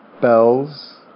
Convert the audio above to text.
bells